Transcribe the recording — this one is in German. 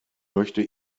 möchte